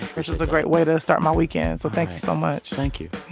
which was a great way to start my weekend. so thank you so much thank you.